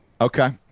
Okay